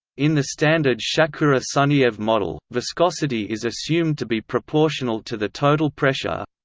in the standard shakura-sunyaev model, viscosity is assumed to be proportional to the total pressure